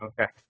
Okay